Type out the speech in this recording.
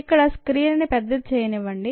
ఇక్కడ స్క్రీన్ని పెద్దది చేయనివ్వండి